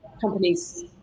companies